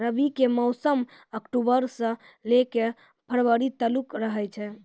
रबी के मौसम अक्टूबरो से लै के फरवरी तालुक रहै छै